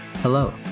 Hello